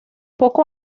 poco